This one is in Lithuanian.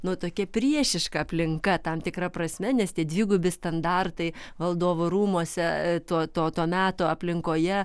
nu tokia priešiška aplinka tam tikra prasme nes tie dvigubi standartai valdovų rūmuose to to to meto aplinkoje